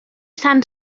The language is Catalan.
sant